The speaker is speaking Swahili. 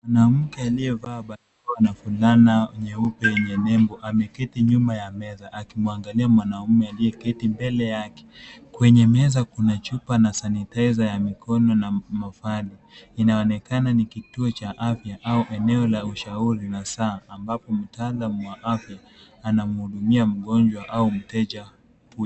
Mwanamke aliyevaa barakoa na fulana nyeupe yenye nembo ameketi nyuma ya meza akimwangalia mwanaume aliyeketi mbele yake. Kwenye meza kuna chupa na sanitizer ya mikono na mafaili. Inaonekana ni kituo cha afya au eneo la ushauri na saa ambapo mtaalamu wa afya anamhudumia mgonjwa au mteja huyo.